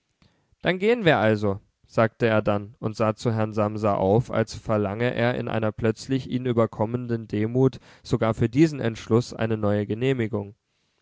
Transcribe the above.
dann gehen wir also sagte er dann und sah zu herrn samsa auf als verlange er in einer plötzlich ihn überkommenden demut sogar für diesen entschluß eine neue genehmigung